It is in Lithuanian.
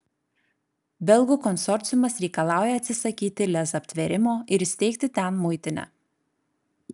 belgų konsorciumas reikalauja atsisakyti lez aptvėrimo ir įsteigti ten muitinę